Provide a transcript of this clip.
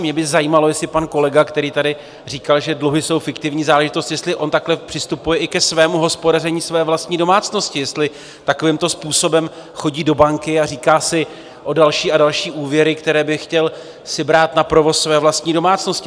Mě by zajímalo, jestli pan kolega, který tady říkal, že dluhy jsou fiktivní záležitost, jestli on takhle přistupuje i ke svému hospodaření své vlastní domácnosti, jestli takovýmto způsobem chodí do banky a říká si o další a další úvěry, které by si chtěl brát na provoz své vlastní domácnosti.